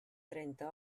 trenta